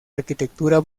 arquitectura